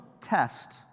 test